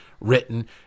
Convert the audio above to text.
written